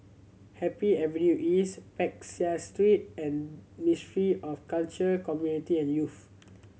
Happy Avenue East Peck Seah Street and Ministry of Culture Community and Youth